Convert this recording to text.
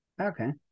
okay